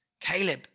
Caleb